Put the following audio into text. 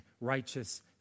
righteous